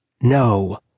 no